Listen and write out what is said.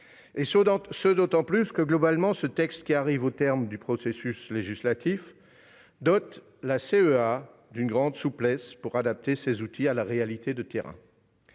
d'autant que, globalement, ce texte qui arrive au terme de son processus législatif accorde à la CEA une grande souplesse pour adapter ses outils à la réalité de terrain.